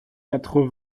quatre